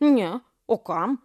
ne o kam